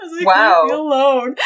wow